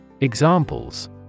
Examples